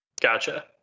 Gotcha